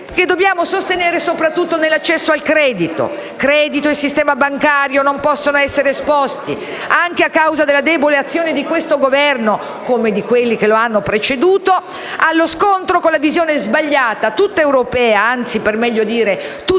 dobbiamo sostenere soprattutto nell'accesso al credito. Credito e sistema bancario non possono essere esposti, anche a causa della debole azione di questo Governo, come di quelli che lo hanno preceduto, allo scontro con la visione sbagliata, tutta europea, anzi, per meglio dire tutta tedesca,